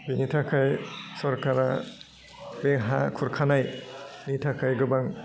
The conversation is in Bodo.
बेनि थाखाय सरकारा बे हा खुरखानायनि थाखाय गोबां